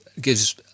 gives